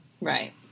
Right